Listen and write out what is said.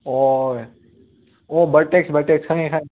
ꯑꯣ ꯑꯣ vertex vertex ꯈꯪꯉꯦ ꯈꯪꯉꯦ